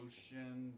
Ocean